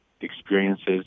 experiences